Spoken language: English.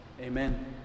Amen